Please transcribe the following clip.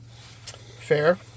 Fair